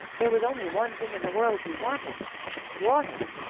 there was only one thing in the world he wanted water.